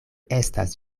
estas